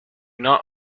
not